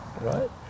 right